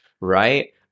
right